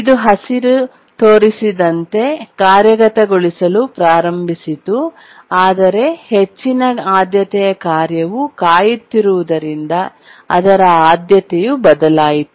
ಇದು ಹಸಿರು ತೋರಿಸಿದಂತೆ ಕಾರ್ಯಗತಗೊಳಿಸಲು ಪ್ರಾರಂಭಿಸಿತು ಆದರೆ ಹೆಚ್ಚಿನ ಆದ್ಯತೆಯ ಕಾರ್ಯವು ಕಾಯುತ್ತಿರುವುದರಿಂದ ಅದರ ಆದ್ಯತೆಯು ಬದಲಾಯಿತು